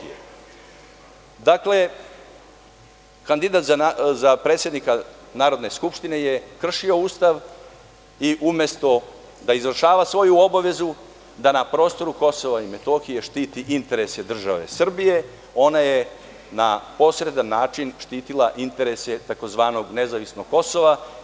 Dakle, kandidat za predsednika Narodne skupštine je kršio Ustav i umesto da izvršava svoju obavezu, da na prostoru KiM štiti interese države Srbije, ona je na posredan način štitila interese tzv. nezavisnog Kosova.